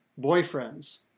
Boyfriends